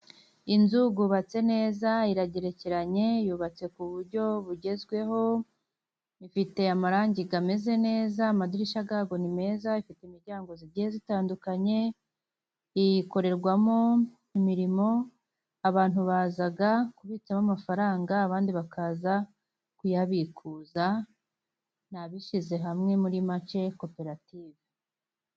Inzu yubatse neza iragerekeranye, yubatse ku buryo bugezweho, ifite amarangi ameze neza, amadirishya yayo ni meza, ifite imiryango igiye itandukanye. Ikorerwamo imirimo; abantu baza kubitsamo amafaranga, abandi bakaza kuyabikuza, ni abishyize hamwe muri make, koperative.